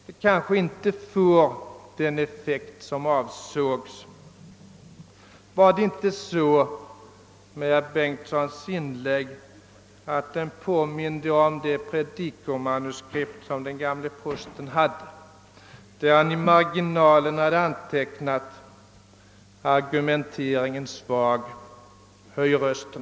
De kanske inte får den effekt som avsågs. Var det inte så med herr Bengtssons inlägg, att det påminde om det predikomanuskript som den gamle prosten hade där han i marginalen hade antecknat: argumenteringen svag, höj rösten!